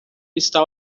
está